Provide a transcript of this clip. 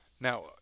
now